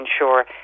ensure